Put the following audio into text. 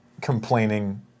Complaining